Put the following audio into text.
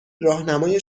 راهنمای